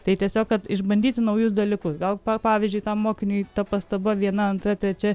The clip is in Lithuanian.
tai tiesiog kad išbandyti naujus dalykus gal pavyzdžiui tam mokiniui ta pastaba viena antra trečia